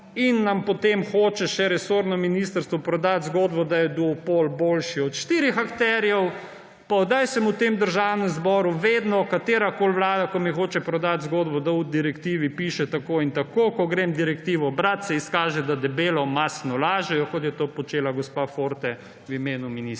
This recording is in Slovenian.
in nam potem hoče še resorno ministrstvo prodati zgodbo, da je duopol boljši od štirih akterjev. Odkar sem v Državnem zboru, vedno katerakoli vlada, ko mi hoče prodati zgodbo, da v direktivi piše tako in tako, ko grem direktivo brat, se izkaže, da debelo mastno lažejo, kot je to počela gospa Forte v imenu ministrstva.